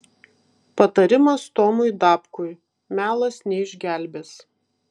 patarimas tomui dapkui melas neišgelbės